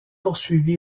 poursuivi